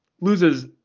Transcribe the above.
loses